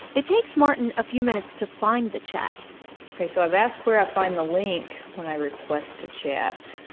it takes martin a few minutes to find the chat ok, so i've asked where i find the link when i request a chat,